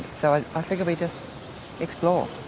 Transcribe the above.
so i figure we just explore.